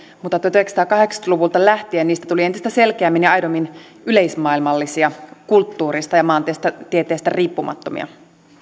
mutta tuhatyhdeksänsataakahdeksankymmentä luvulta lähtien niistä tuli entistä selkeämmin ja aidommin yleismaailmallisia kulttuurista ja maantieteestä riippumattomia